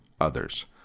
others